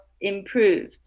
improved